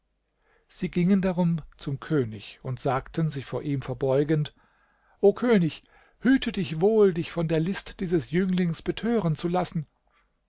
sie gingen darum zum könig und sagten sich vor ihm verbeugend o könig hüte dich wohl dich von der list dieses jünglings betören zu lassen